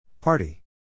Party